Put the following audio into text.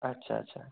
আচ্ছা আচ্ছা